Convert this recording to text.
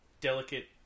delicate